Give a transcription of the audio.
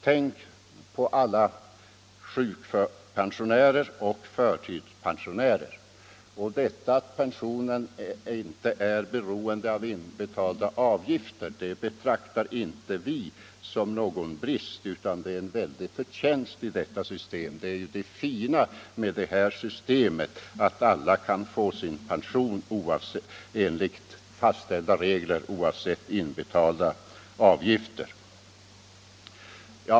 Tänk på alla sjukpensionärer och förtidspensionärer. Detta att pensionen inte är beroende av inbetalda avgifter betraktar inte vi som någon brist utan som en stor förtjänst. Det är det fina med det här systemet att alla kan få sin pension enligt fastställda regler oavsett inbetalda avgifter.